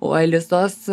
o alisos